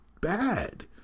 bad